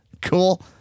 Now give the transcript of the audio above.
cool